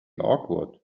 awkward